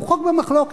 הוא חוק במחלוקת,